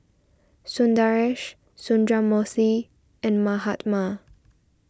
Sundaresh Sundramoorthy and Mahatma